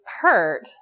hurt